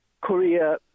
korea